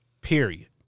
Period